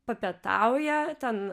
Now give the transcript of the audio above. papietauja ten